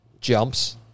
jumps